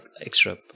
extra